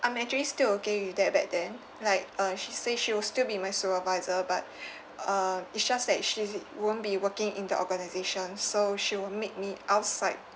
I'm actually still okay with that back then like uh she say she will still be my supervisor but uh it's just that is she si~ won't be working in the organization so she will meet me outside